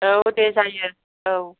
औ दे जायो औ